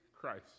Christ